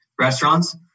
restaurants